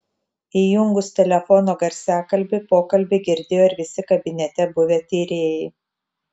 įjungus telefono garsiakalbį pokalbį girdėjo ir visi kabinete buvę tyrėjai